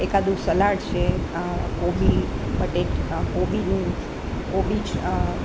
એકાદુ salad છે કોબી કોબીનું કોબીજ